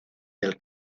del